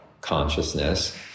consciousness